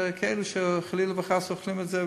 זה כאלה שחלילה וחס אוכלים את זה כך,